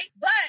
But-